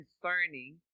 concerning